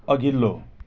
अघिल्लो